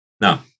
Now